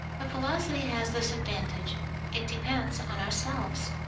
but velocity has this advantage it depends on ourselves.